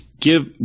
Give